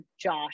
Josh